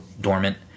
dormant